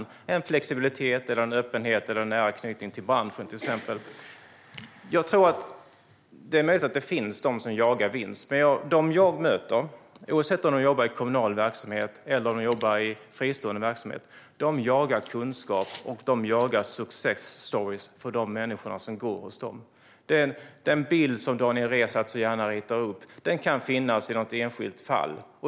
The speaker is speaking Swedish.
Det handlar om en flexibilitet, en öppenhet eller till exempel en nära knytning till branschen. Det är möjligt att det finns de som jagar vinst. De jag möter, oavsett om de jobbar i kommunal verksamhet eller i fristående verksamhet, jagar kunskap och success stories för de människor som går hos dem. Den bild som Daniel Riazat så gärna ritar upp kan finnas i något enskilt fall.